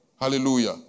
Hallelujah